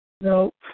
Nope